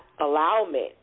allowment